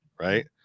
Right